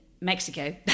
Mexico